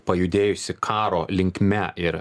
pajudėjusi karo linkme ir